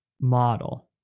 model